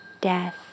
death